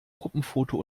gruppenfoto